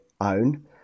own